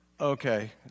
Okay